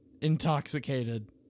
intoxicated